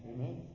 Amen